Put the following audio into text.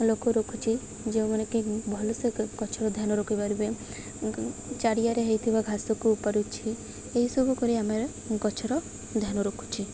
ଲୋକ ରଖୁଛି ଯେଉଁମାନେ କି ଭଲ ସେ ଗଛର ଧ୍ୟାନ ରଖିପାରିବେ ଚାରିଆଡ଼େ ହେଇଥିବା ଘାସକୁ ଉପାଡ଼ୁଛି ଏହିସବୁ କରି ଆମର ଗଛର ଧ୍ୟାନ ରଖୁଛି